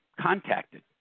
contacted